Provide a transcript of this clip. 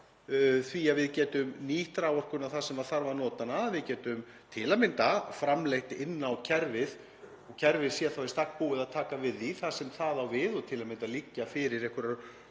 því að við getum nýtt raforkuna þar sem þarf að nota hana. Við getum til að mynda framleitt inn á kerfið og kerfið sé þá í stakk búið að taka við því þar sem það á við og til að mynda liggja fyrir einhverjar